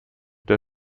der